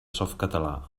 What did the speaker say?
softcatalà